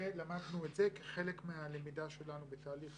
ולמדנו את זה כחלק מהלמידה שלנו בתהליך